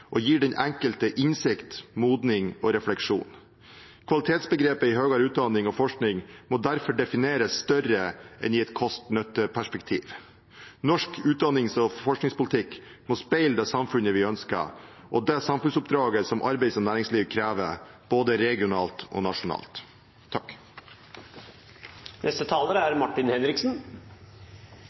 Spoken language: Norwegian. og gir den enkelte innsikt, modning og refleksjon. Kvalitetsbegrepet i høyere utdanning og forskning må derfor defineres større enn i et kost–nytte-perspektiv. Norsk utdannings- og forskningspolitikk må speile det samfunnet vi ønsker, og det samfunnsoppdraget som arbeids- og næringslivet krever, både regionalt og nasjonalt. Først vil jeg si takk